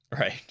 Right